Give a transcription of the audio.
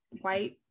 White